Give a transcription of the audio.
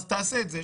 אז תעשה את זה,